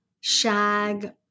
shag